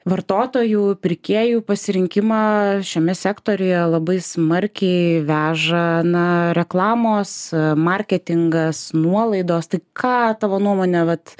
vartotojų pirkėjų pasirinkimą šiame sektoriuje labai smarkiai veža na reklamos marketingas nuolaidos tai ką tavo nuomone vat